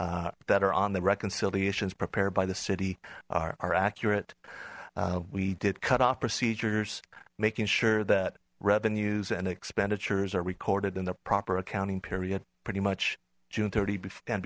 are on the reconciliations prepared by the city are accurate we did cut off procedures making sure that revenues and expenditures are recorded in the proper accounting period pretty much june thirty before and